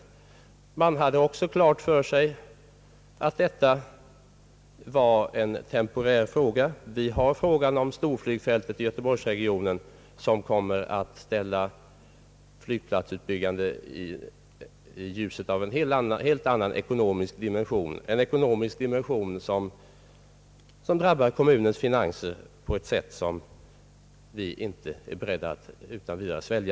Man hade också klart för sig att detta var en temporär fråga. Vi har frågan om storflygfältet i göteborgsregionen, som kommer att ge flygplatsutbyggandet en helt annan ekonomisk dimension, en dimension som drabbar kommunens finanser på ett sätt som vi inte är beredda att utan vidare svälja.